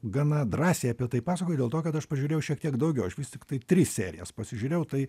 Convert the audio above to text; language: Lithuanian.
gana drąsiai apie tai pasakoju dėl to kad aš pažiūrėjau šiek tiek daugiau aš vis tiktai tris serijas pasižiūrėjau tai